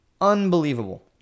Unbelievable